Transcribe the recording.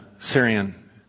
Syrian